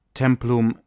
templum